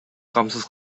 камсыз